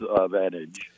advantage